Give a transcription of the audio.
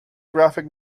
graphic